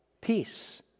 peace